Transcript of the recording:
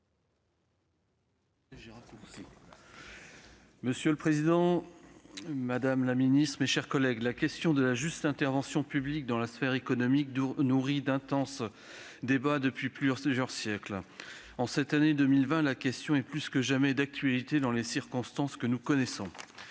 Monsieur le président, madame la ministre, mes chers collègues, la question de la juste intervention publique dans la sphère économique nourrit d'intenses débats depuis plusieurs siècles. En cette année 2020, et dans les circonstances que nous connaissons,